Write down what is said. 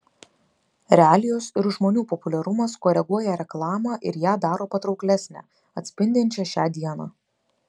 realijos ir žmonių populiarumas koreguoja reklamą ir ją daro patrauklesnę atspindinčią šią dieną